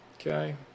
Okay